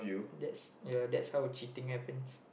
that's ya that's how cheating happens